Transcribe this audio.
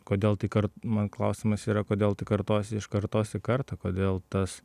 kodėl tai kar man klausimas yra kodėl tai kartojasi iš kartos į kartą kodėl tas